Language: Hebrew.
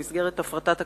במסגרת הפרטת הקרקעות,